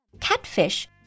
Catfish